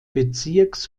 bezirks